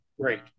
great